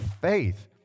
Faith